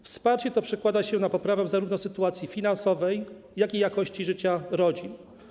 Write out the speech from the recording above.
Wsparcie to przekłada się na poprawę zarówno sytuacji finansowej, jak i jakości życia rodzin.